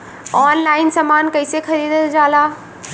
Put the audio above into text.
Online समान कैसे खरीदल जाला?